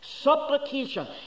supplication